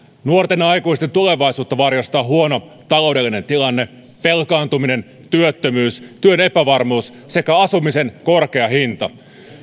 nuorten aikuisten tulevaisuutta varjostavat huono taloudellinen tilanne velkaantuminen työttömyys ja työn epävarmuus sekä asumisen korkea hinta